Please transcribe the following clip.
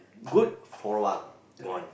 good for a while gone